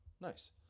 Nice